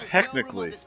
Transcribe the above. Technically